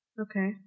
okay